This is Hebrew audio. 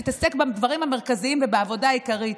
תתעסק בדברים המרכזיים ובעבודה העיקרית.